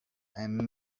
and